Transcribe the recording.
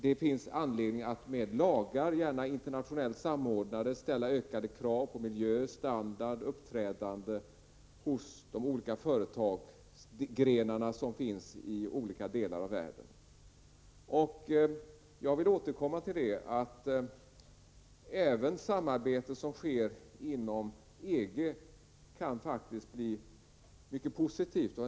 Det finns anledning att med lagar -- gärna internationellt samordnade -- ställa ökade krav på miljö, standard och uppträdande hos de företagsgrenar som finns i olika delar av världen. Jag vill återkomma till att även samarbete som sker inom EG faktiskt kan bli mycket positivt.